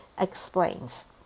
explains